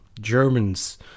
Germans